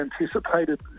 anticipated